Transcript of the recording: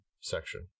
section